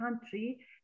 country